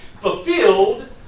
fulfilled